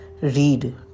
read